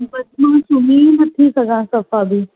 सुम्ही ई न थी सघां सफ़ा बि